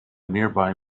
nearby